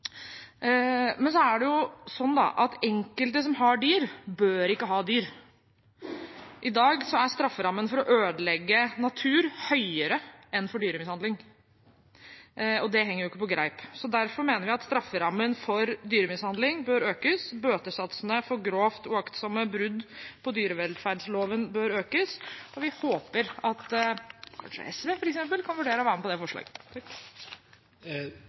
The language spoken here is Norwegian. Så er det sånn at enkelte som har dyr, ikke bør ha dyr. I dag er strafferammen for å ødelegge natur høyere enn for dyremishandling, og det henger ikke på greip. Derfor mener vi at strafferammen for dyremishandling og bøtesatsene for grovt uaktsomme brudd på dyrevelferdsloven bør økes, og vi håper at kanskje SV, f.eks., kan vurdere å være med på det forslaget.